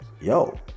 yo